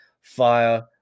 fire